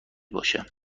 باشه